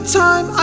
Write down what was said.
time